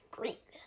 Greatness